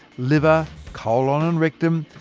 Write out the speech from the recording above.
liver, colon and rectum,